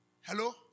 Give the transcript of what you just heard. hello